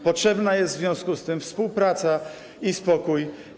Potrzebne są w związku z tym współpraca i spokój.